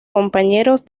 compañeros